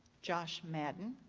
josh madden.